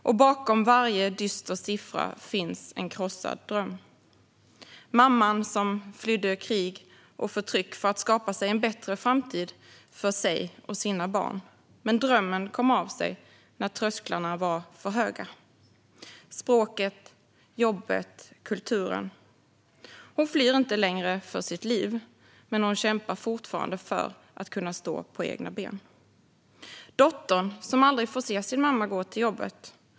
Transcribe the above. Och bakom varje dyster siffra finns en krossad dröm. Det är mamman som flydde från krig och förtryck för att skapa en bättre framtid för sig och sina barn. Men drömmen kom av sig när trösklarna blev för höga. Det var språket, jobbet och kulturen. Hon flyr inte längre för sitt liv, men hon kämpar fortfarande för att kunna stå på egna ben. Det är dottern som aldrig får se sin mamma gå till jobbet.